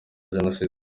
jenoside